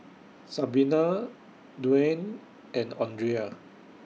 Sabina Duane and Andrea